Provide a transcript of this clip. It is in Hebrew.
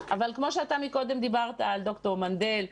אבל כמו שאתה מקודם דיברת על ד"ר מנדל,